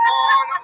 on